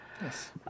Yes